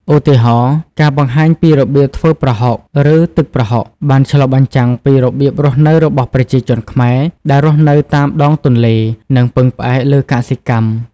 ឧទាហរណ៍ ការបង្ហាញពីរបៀបធ្វើ ប្រហុក ឬ ទឹកប្រហុក បានឆ្លុះបញ្ចាំងពីរបៀបរស់នៅរបស់ប្រជាជនខ្មែរដែលរស់នៅតាមដងទន្លេ និងពឹងផ្អែកលើកសិកម្ម ។